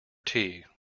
tea